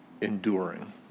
enduring